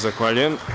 Zahvaljujem.